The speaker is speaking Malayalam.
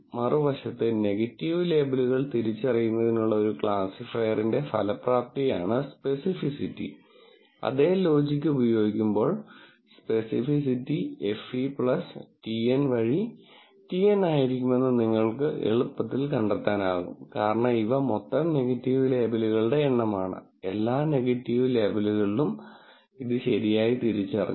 മറുവശത്ത് നെഗറ്റീവ് ലേബലുകൾ തിരിച്ചറിയുന്നതിനുള്ള ഒരു ക്ലാസിഫയറിന്റെ ഫലപ്രാപ്തിയാണ് സ്പെസിഫിസിറ്റി അതേ ലോജിക് ഉപയോഗിക്കുമ്പോൾ സ്പെസിഫിസിറ്റി FE TN വഴി TN ആയിരിക്കുമെന്ന് നിങ്ങൾക്ക് എളുപ്പത്തിൽ കണ്ടെത്താനാകും കാരണം ഇവ മൊത്തം നെഗറ്റീവ് ലേബലുകളുടെ എണ്ണമാണ് എല്ലാ നെഗറ്റീവ് ലേബലുകളിലും ഇത് ശരിയായി തിരിച്ചറിഞ്ഞു